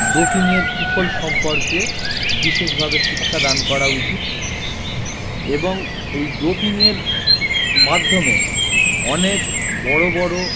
ডোপিংয়ের কুফল সম্পর্কে বিশেষভাবে শিক্ষাদান করা উচিত এবং এই ডোপিংয়ের মাধ্যমে অনেক বড়ো বড়ো